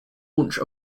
launch